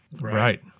Right